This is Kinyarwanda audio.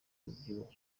umubyibuho